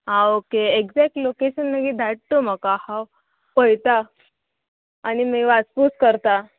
आं okay exact location मागीर धाडटा म्हाका हांव पयता आनी मागीर वाचपूस करता